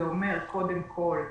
זה אומר קודם כל,